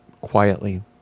quietly